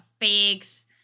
fix